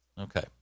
Okay